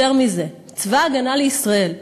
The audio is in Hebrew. יותר מזה, צבא ההגנה לישראל,